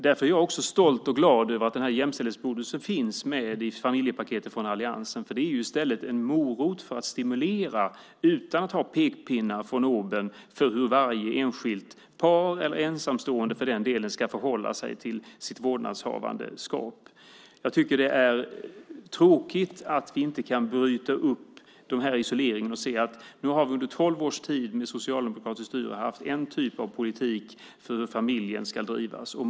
Därför är jag stolt och glad över att denna jämställdhetsbonus finns med i familjepaketet från alliansen. Det är en morot för att stimulera, utan att ha pekpinnar för hur varje enskilt par, eller för den delen ensamstående förälder, ska förhålla sig till sitt vårdnadshavandeskap. Det är tråkigt att vi inte kan bryta upp denna isolering och se att vi under tolv år med socialdemokratiskt styre haft en viss typ av politik för hur familjen ska drivas.